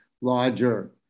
larger